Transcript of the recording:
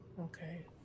Okay